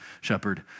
shepherd